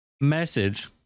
message